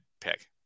pick